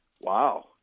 wow